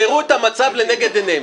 הם תיארו את המצב לנגד עיניהם.